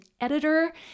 editor